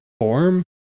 form